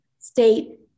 state